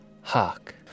hark